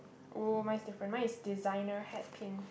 oh mine is different mine is designer hat pin